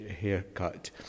haircut